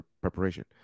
preparation